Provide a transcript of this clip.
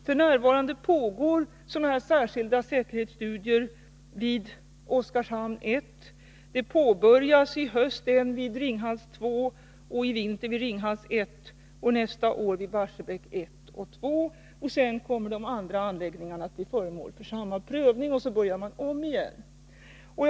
F. n. pågår sådana särskilda säkerhetsstudier vid Oskarshamn I, i höst påbörjas en säkerhetsstudie vid Ringhals II och i vinter en vid Ringhals I och nästa år vid Barsebäck I och II. Senare kommer de andra anläggningarna att bli föremål för samma prövning, varpå man börjar om från början.